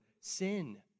sin